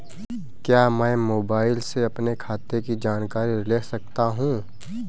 क्या मैं मोबाइल से अपने खाते की जानकारी ले सकता हूँ?